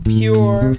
pure